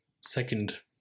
second